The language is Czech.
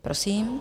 Prosím.